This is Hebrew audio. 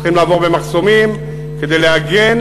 צריכים לעבור במחסומים כדי להגן.